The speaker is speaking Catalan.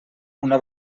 una